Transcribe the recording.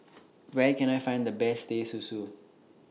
Where Can I Find The Best Teh Susu